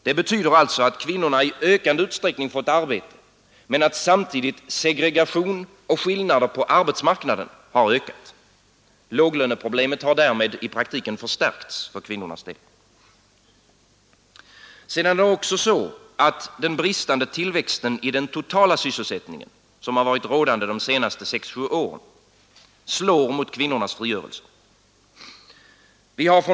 Det betyder alltså att kvinnorna i ökande utsträckning fått arbete, men att samtidigt segregation och skillnader på arbetsmarknaden har ökat. Låglöneproblemet har därmed i praktiken förstärkts för kvinnornas del. Sedan är det också så, att den bristande tillväxt i den totala sysselsättningen som har varit rådande de senaste sex sju åren slår mot kvinnornas frigörelse.